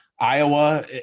Iowa